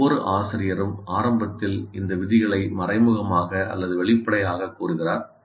ஒவ்வொரு ஆசிரியரும் ஆரம்பத்தில் இந்த விதிகளை மறைமுகமாக அல்லது வெளிப்படையாகக் கூறுகிறார்